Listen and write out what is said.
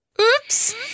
Oops